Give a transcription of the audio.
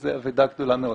זו אבדה גדולה מאוד.